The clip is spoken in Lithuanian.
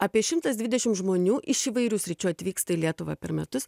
apie šimtas dvidešim žmonių iš įvairių sričių atvyksta į lietuvą per metus